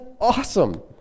awesome